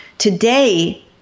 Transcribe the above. Today